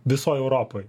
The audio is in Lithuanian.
visoj europoj